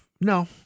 No